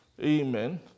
Amen